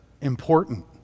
important